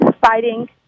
fighting